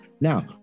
now